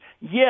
Yes